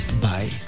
Bye